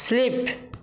slip